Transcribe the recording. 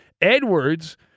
Edwards